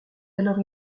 alors